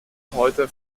heute